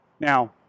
Now